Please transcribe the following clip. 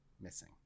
missing